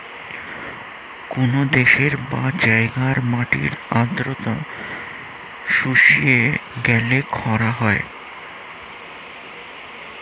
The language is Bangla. কোন দেশের বা জায়গার মাটির আর্দ্রতা শুষিয়ে গেলে খরা হয়